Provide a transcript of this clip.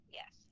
yes